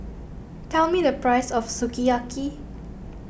tell me the price of Sukiyaki